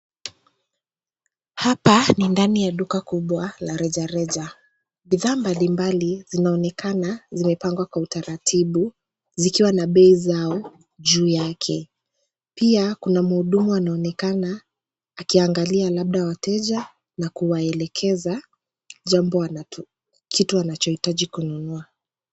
Hapa ni ndani ya duka kubwa la rejareja. Bidhaa mbalimbali zinaonekana zimepangwa kwa utaratibu zikiwa na bei zao juu yake. Pia kuna mhudumu anaonekana akiangalia labda wateja na kuwakelekeza jambo wanatu kitu wanachohitaji kununua.